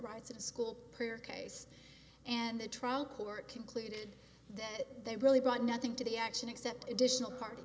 rights of a school prayer case and the trial court concluded that they really brought nothing to the action except additional part